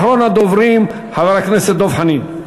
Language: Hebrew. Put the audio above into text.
ואחריו, אחרון הדוברים, חבר הכנסת דב חנין.